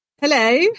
Hello